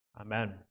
Amen